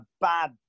bad